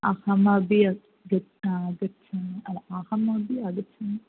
अहमपि गच्छामि गच्छामि अहमपि आगच्छामि